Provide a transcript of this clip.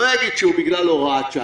לא יגיד שוב "הוראת שעה".